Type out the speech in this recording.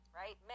right